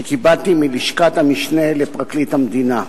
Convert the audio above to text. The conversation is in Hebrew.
שקיבלתי מלשכת המשנה לפרקליט המדינה.